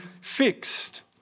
fixed